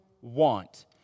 want